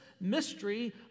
mystery